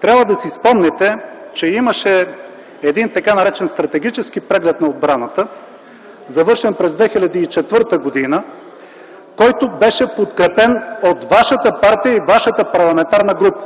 трябва да си спомните, че имаше един така наречен стратегически преглед на отбраната, завършен през 2004 г., който беше подкрепен от вашата партия и вашата парламентарна група.